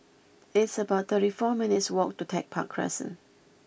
it's about thirty four minutes' walk to Tech Park Crescent